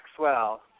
Maxwell